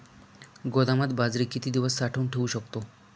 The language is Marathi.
गोदामात बाजरी किती दिवस साठवून ठेवू शकतो?